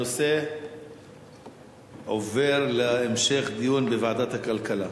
הנושא עובר להמשך דיון בוועדת הכלכלה.